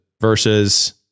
versus